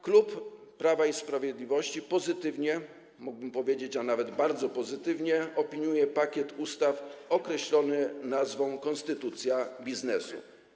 Klub Prawa i Sprawiedliwości pozytywnie, mógłbym powiedzieć, a nawet bardzo pozytywnie opiniuje pakiet ustaw określony nazwą: konstytucja biznesu.